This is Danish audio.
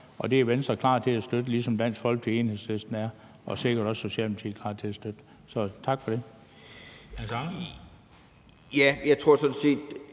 Det er Venstre klar til at støtte, ligesom Dansk Folkeparti og Enhedslisten er, og Socialdemokratiet er sikkert også klar til at støtte det. Så tak for det.